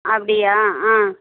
அப்படியா ஆ